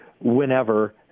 whenever